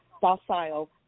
docile